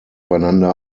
einander